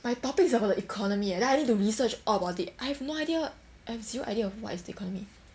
my topic is about the economy leh and then I need to research all about it I have no idea I have zero idea of what is the economy